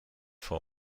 vor